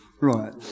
Right